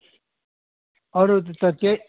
अरू त केही